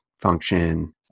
function